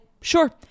sure